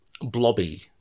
blobby